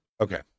Okay